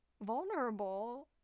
vulnerable